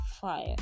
fire